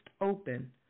open